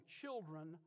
children